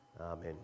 Amen